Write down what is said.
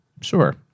sure